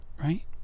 Right